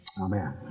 Amen